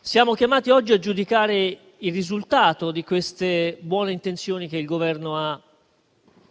Siamo però chiamati oggi a giudicare il risultato di queste buone intenzioni che il Governo ha